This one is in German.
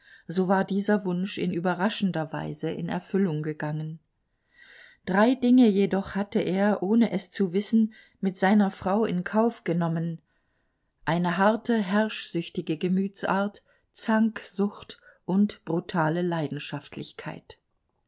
so war dieser wunsch in überraschender weise in erfüllung gegangen drei dinge jedoch hatte er ohne es zu wissen mit seiner frau in kauf genommen eine harte herrschsüchtige gemütsart zanksucht und brutale leidenschaftlichkeit